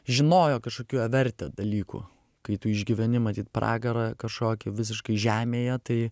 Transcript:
žinojo kažkokių vertę dalykų kai tu išgyveni matyt pragarą kažkokį visiškai žemėje tai